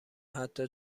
حتی